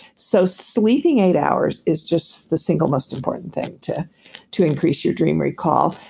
so, sleeping eight hours is just the single most important thing to to increase your dream recall.